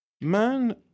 Man